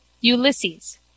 *Ulysses*